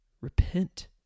Repent